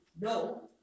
no